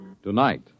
Tonight